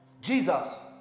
Jesus